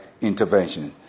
intervention